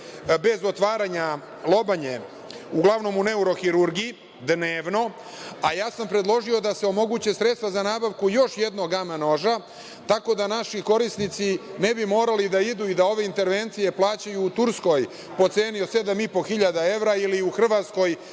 bez otvaranja lobanje, uglavnom u neurohirurgiji, dnevno, a ja sam predložio da se omoguće sredstva za nabavku još jednog gama noža, tako da naši korisnici ne bi morali da idu i da ove intervencije plaćaju u Turskoj, po ceni od 7,5 hiljada evra ili u Hrvatskoj